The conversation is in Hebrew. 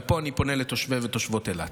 ופה אני פונה לתושבי ולתושבות אילת,